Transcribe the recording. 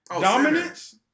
dominance